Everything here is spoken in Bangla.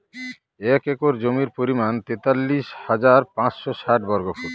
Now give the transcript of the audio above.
এক একর জমির পরিমাণ তেতাল্লিশ হাজার পাঁচশ ষাট বর্গফুট